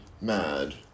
mad